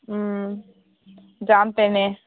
যাম তেনে